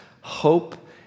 hope